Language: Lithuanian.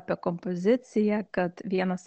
apie kompoziciją kad vienas